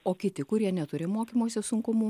o kiti kurie neturi mokymosi sunkumų